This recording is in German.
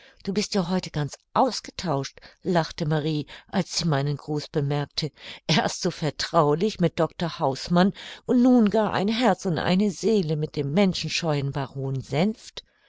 du bist heute ja ganz ausgetauscht lachte marie als sie meinen gruß bemerkte erst so vertraulich mit dr hausmann und nun gar ein herz und eine seele mit dem menschenscheuen baron senft